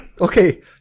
Okay